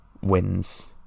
wins